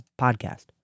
podcast